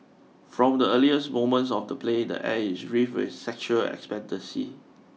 from the earliest moments of the play the air is rife with sexual expectancy